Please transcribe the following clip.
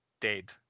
dead